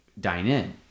dine-in